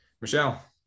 michelle